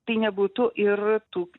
tai nebūtų ir tų